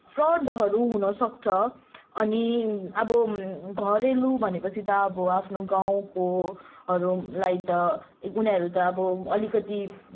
फ्रडहरू हुन सक्छन् अनि अब घरेलु भनेपछि त अब आफ्नो गाउँकोहरूलाई त उनीहरू त अब अलिकति